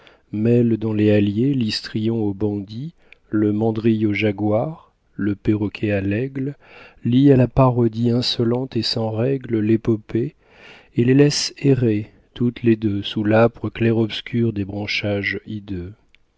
mêle dans les halliers l'histrion au bandit le mandrille au jaguar le perroquet à l'aigle lie à la parodie insolente et sans règle l'épopée et les laisse errer toutes les deux sous l'âpre clair-obscur des branchages hideux